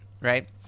right